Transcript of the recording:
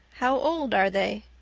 how old are they?